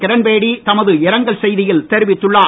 கிரண்பேடி தமது இரங்கல் செய்தியில் தெரிவித்துள்ளார்